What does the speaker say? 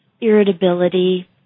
irritability